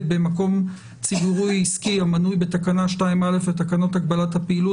במקום ציבורי עסקי המנוי בתקנה 2(א) לתקנות הגבלת הפעילות,